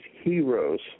heroes